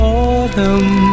autumn